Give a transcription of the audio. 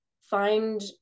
find